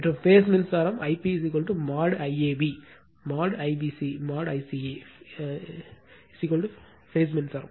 மற்றும் பேஸ் மின்சாரம் Ip mod IAB mod IBC mod ICA phase மின்சாரம்